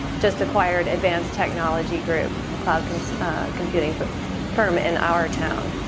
just acquired advanced technology group, a cloud computing firm in our town.